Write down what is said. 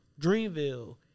Dreamville